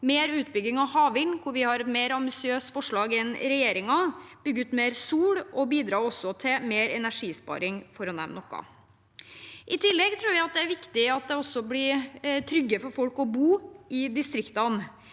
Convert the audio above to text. mer utbygging av havvind, hvor vi har et mer ambisiøst forslag enn regjeringen, bygge ut mer solkraft og også bidra mer til energisparing, for å nevne noe. I tillegg tror vi det er viktig at det blir tryggere for folk å bo i distriktene,